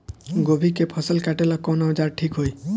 गोभी के फसल काटेला कवन औजार ठीक होई?